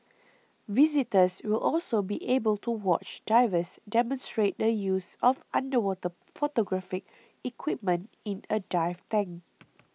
visitors will also be able to watch divers demonstrate the use of underwater photographic equipment in a dive tank